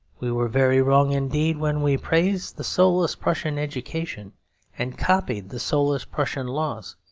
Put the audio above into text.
we were very wrong indeed when we praised the soulless prussian education and copied the soulless prussian laws.